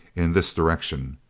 in this direction.